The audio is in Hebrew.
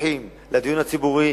ופתוחים לדיון הציבורי,